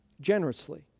generously